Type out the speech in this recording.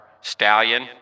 stallion